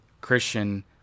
Christian